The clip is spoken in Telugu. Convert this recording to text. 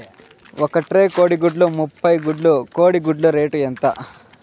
ఒక ట్రే కోడిగుడ్లు ముప్పై గుడ్లు కోడి గుడ్ల రేటు ఎంత?